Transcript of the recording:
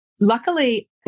Luckily